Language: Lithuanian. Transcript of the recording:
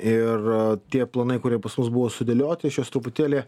ir tie planai kurie pas mus buvo sudėlioti aš juos truputėlį